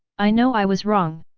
i know i was wrong.